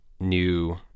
new